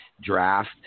draft